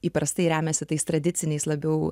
įprastai remiasi tais tradiciniais labiau